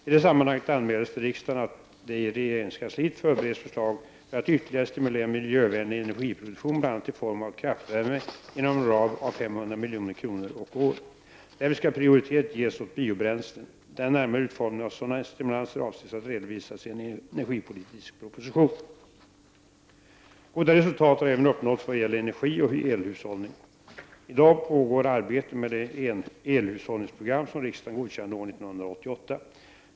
I det sammanhanget anmäldes till riksdagen att det i regeringskansliet förbereds förslag för att ytterligare stimulera miljövänlig energiproduktion bl.a. i form av kraftvärme, inom en ram av 500 milj.kr. och år. Därvid skall prioritet ges åt biobränslen. Den närmare utformningen av sådana stimulanser avses att redovisas i en energipolitisk proposition. Goda resultat har även uppnåtts vad gäller energioch elhushållning. I dag pågår arbetet med det elhushållningsprogram som riksdagen godkände år 1988.